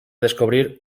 descobrir